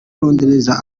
rondereza